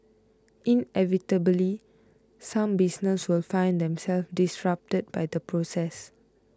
inevitably some businesses will find themselves disrupted by the process